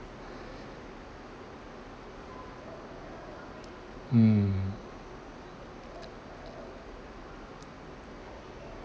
mm